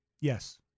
yes